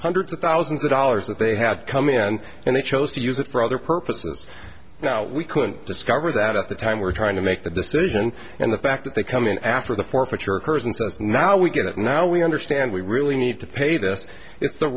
hundreds of thousands of dollars that they had come in and they chose to use it for other purposes now we couldn't discover that at the time we're trying to make the decision and the fact that they come in after the forfeiture occurs and says now we get it now we understand we really need to pay this it's the